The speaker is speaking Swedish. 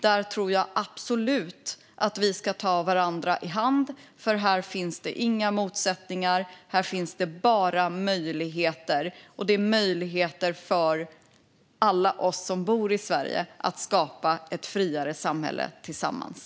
Jag tror absolut att vi ska ta varandra i hand, för här finns det inga motsättningar utan bara möjligheter. Det finns möjligheter för alla oss som bor i Sverige att skapa ett friare samhälle tillsammans.